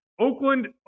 Oakland